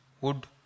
wood